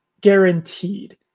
guaranteed